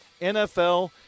NFL